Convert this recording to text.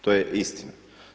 To je istina.